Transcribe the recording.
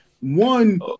one